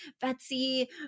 Betsy